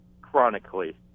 chronically